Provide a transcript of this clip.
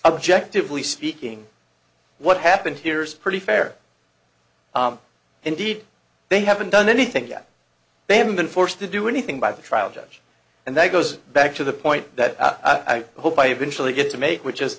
objectively speaking what happened here is pretty fair indeed they haven't done anything yet they haven't been forced to do anything by the trial judge and that goes back to the point that i hope i eventually get to make which is